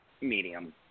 medium